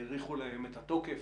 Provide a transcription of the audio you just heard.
האריכו להן את התוקף.